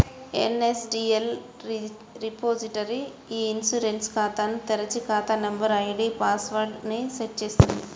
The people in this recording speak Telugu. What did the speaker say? ఎన్.ఎస్.డి.ఎల్ రిపోజిటరీ ఇ ఇన్సూరెన్స్ ఖాతాను తెరిచి, ఖాతా నంబర్, ఐడీ పాస్ వర్డ్ ని సెట్ చేస్తుంది